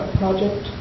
project